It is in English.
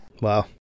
Wow